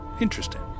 interesting